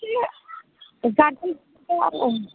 गारजेनफोरखौ